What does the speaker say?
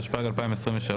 התשפ"ג-2023